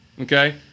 okay